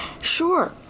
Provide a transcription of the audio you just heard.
Sure